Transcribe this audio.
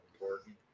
important